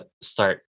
start